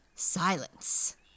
Silence